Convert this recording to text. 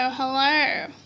Hello